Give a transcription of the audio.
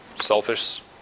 selfish